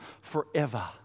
forever